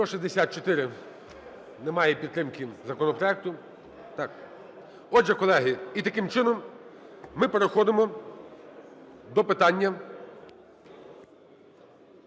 За-164 Немає підтримки законопроекту. Отже, колеги, і, таким чином, ми переходимо до питання